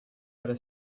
para